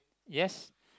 yes